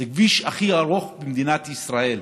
זה הכביש הכי ארוך במדינת ישראל.